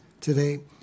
today